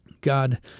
God